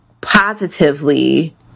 positively